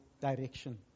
direction